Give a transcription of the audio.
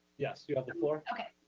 yes, you have the floor okay.